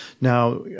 Now